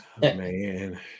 Man